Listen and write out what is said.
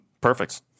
Perfect